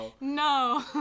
no